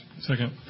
Second